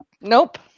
Nope